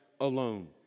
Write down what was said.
alone